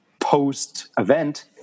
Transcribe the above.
post-event